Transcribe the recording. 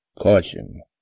CAUTION